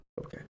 Okay